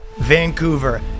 Vancouver